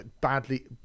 Badly